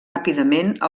ràpidament